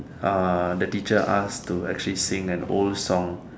ah the teacher asked to actually sing an old song